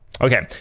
Okay